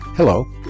Hello